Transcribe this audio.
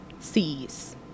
Cs